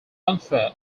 unfair